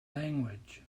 language